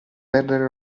perdere